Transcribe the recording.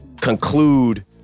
conclude